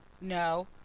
No